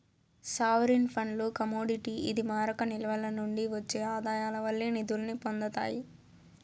sovereign ఫండ్లు commodity ఇది మారక నిల్వల నుండి ఒచ్చే ఆదాయాల వల్లే నిదుల్ని పొందతాయి